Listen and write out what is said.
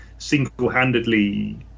Single-handedly